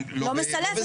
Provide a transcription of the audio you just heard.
אני לא מסלפת,